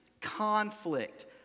Conflict